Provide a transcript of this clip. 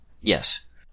Yes